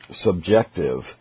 subjective